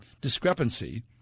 discrepancy